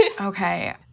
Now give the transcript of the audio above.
Okay